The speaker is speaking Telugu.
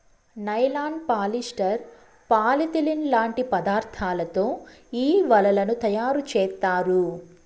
నైలాన్, పాలిస్టర్, పాలిథిలిన్ లాంటి పదార్థాలతో ఈ వలలను తయారుచేత్తారు